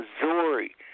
Missouri